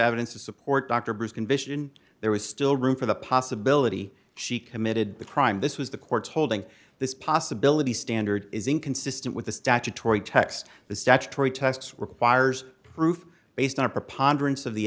evidence to support dr bruce condition there was still room for the possibility she committed the crime this was the court's holding this possibility standard is inconsistent with the statutory text the statutory tests requires proof based on a preponderance of the